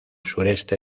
sureste